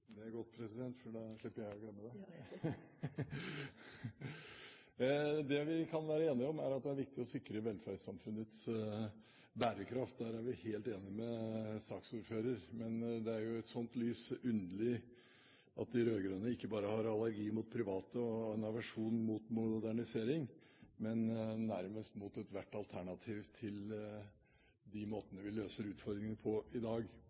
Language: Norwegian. Det er godt, for da slipper jeg å glemme det. Det vi kan være enige om, er at det er viktig å sikre velferdssamfunnets bærekraft. Der er vi helt enige med saksordføreren. Men det er jo i et slikt lys underlig at de rød-grønne ikke bare har allergi mot private og en aversjon mot modernisering, men også nærmest mot ethvert alternativ til de måtene vi løser utfordringene på i dag.